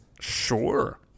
Sure